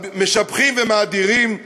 אז משבחים ומאדירים,